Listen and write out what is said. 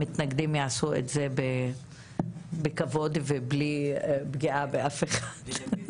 המתנגדים יעשו את זה בכבוד ובלי פגיעה באף אחד.